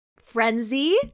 Frenzy